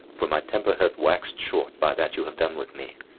for my temper hath waxed short by that you have done with me.